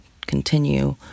continue